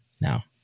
Now